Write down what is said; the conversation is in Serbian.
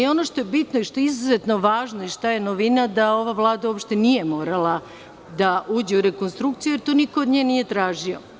Ono što je bitno, što je izuzetno važno, novina je da ova vlada uopšte nije morala da uđe u rekonstrukciju, jer to niko od nje nije tražio.